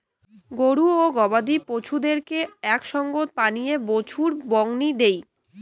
গরু ও গবাদি পছুদেরকে আক সঙ্গত পানীয়ে বাছুর বংনি দেই